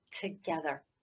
together